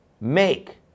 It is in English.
make